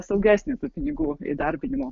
saugesnį tų pinigų įdarbinimo